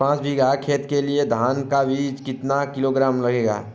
पाँच बीघा खेत के लिये धान का बीज कितना किलोग्राम लगेगा?